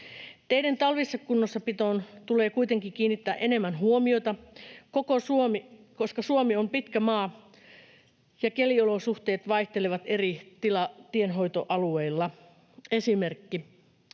Teiden talvikunnossapitoon tulee kuitenkin kiinnittää enemmän huomiota, koska Suomi on pitkä maa ja keliolosuhteet vaihtelevat eri tienhoitoalueilla. Esimerkki: